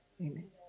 Amen